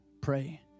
pray